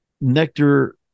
nectar